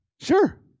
Sure